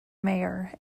mayor